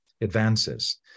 advances